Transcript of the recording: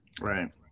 Right